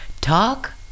Talk